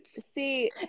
see